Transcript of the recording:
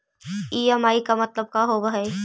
EMI मतलब का होब हइ?